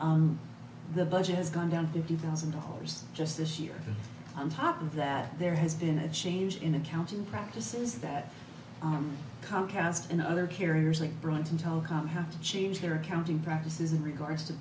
the budget has gone down fifty thousand dollars just this year on top of that there has been a change in accounting practices that comcast and other carriers like brunson telecom have to change their accounting practices in regards to